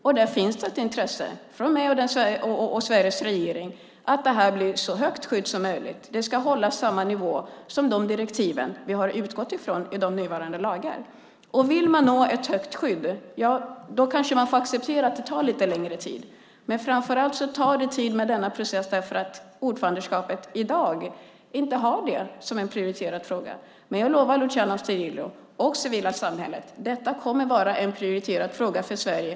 Därför finns det ett intresse hos mig och Sveriges regering av att det blir ett så högt skydd som möjligt. Det ska hålla samma nivå som de direktiv vi har utgått från i våra nuvarande lagar. Vill man nå ett högt skydd kanske man får acceptera att det tar lite längre tid. Framför allt tar dock denna process tid därför att ordförandeskapet i dag inte har detta som en prioriterad fråga. Men jag kan lova Luciano Astudillo och det civila samhället: Detta kommer att vara en prioriterad fråga för Sverige.